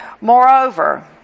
Moreover